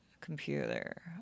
computer